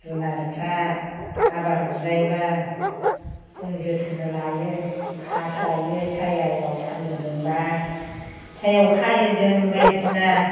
जुनारफ्रा आबार मोनजायोबा जों जोथोन लायो खास्लायो सायहायाव सानदुं दुंबा सायहायाव खायो जों बायदिसिना